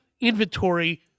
inventory